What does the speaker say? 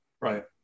Right